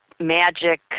magic